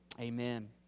Amen